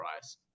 price